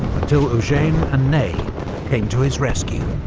until eugene and ney came to his rescue.